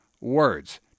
words